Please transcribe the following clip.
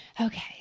Okay